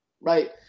right